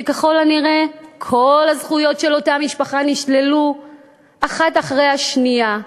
וככל הנראה כל הזכויות של אותה משפחה נשללו אחת אחרי השנייה.